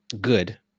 good